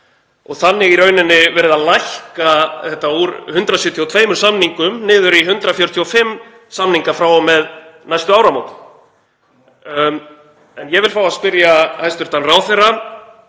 og þannig er í raun verið að lækka þetta úr 172 samningum niður í 145 samninga frá og með næstu áramótum. Ég vil fá að spyrja hæstv. ráðherra: